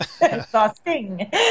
Exhausting